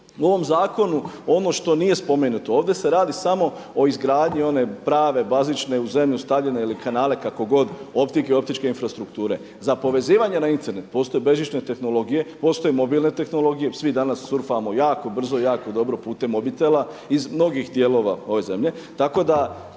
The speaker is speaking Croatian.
u ovom zakonu ono što nije spomenuto, ovdje se radi samo o izgradnji one prave bazične u zemlju stavljene ili kanale kako god optike i optičke infrastrukture. Za povezivanje na Internet postoje bežične tehnologije, postoje mobilne tehnologije, svi danas surfamo jako brzo i jako dobro putem mobitela iz mnogih dijelova ove zemlje,